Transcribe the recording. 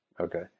Okay